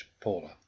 Paula